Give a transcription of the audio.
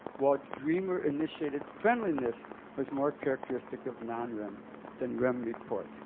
while dreamer-initiated friendliness was more characteristic of non-rem than rem reports